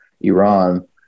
Iran